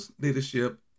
leadership